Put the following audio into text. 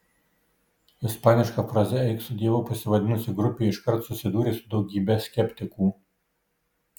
ispaniška fraze eik su dievu pasivadinusi grupė iškart susidūrė su daugybe skeptikų